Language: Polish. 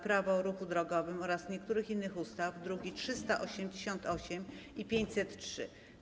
Prawo o ruchu drogowym oraz niektórych innych ustaw (druki nr 388 i 503)